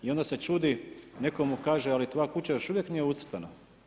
I onda se čudi, netko mu kaže, ali tvoja kuća još uvijek nije ucrtana.